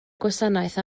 gwasanaeth